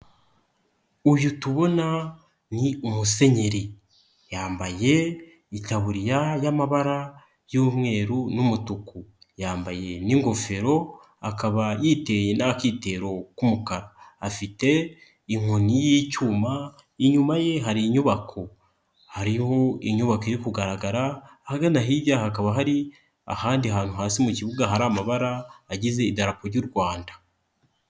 Uyu tubona ni umusenyeri yambaye itaburiya y'amabara y'umweru n'umutuku, yambaye n'ingofero, akaba yiteye n'akitero k'umukara, afite inkoni y'icyuma, inyuma ye hari inyubako, hariho inyubako yo kugaragara, ahagana hirya hakaba hari ahandi hantu hasi mu kibuga hari amabara agize idarapu ry'u Rwanda.